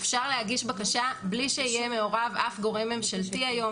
אפשר להגיש בקשה בלי שיהיה מעורב אף גורם ממשלתי היום,